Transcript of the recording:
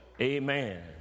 Amen